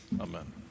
Amen